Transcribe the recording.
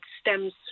stems